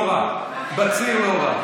אתה אומר, זה יבול לא רע, בציר לא רע.